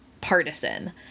partisan